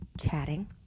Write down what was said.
chatting